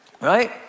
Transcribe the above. right